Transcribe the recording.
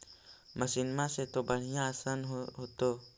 मसिनमा से तो बढ़िया आसन हो होतो?